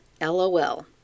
LOL